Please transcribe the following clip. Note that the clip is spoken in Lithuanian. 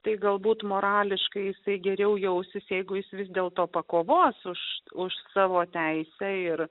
tai galbūt morališkai jisai geriau jausis jeigu jis vis dėl to pakovos už už savo teisę ir